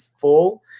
full